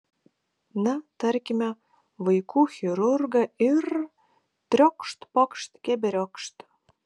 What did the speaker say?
na tarkime vaikų chirurgą ir triokšt pokšt keberiokšt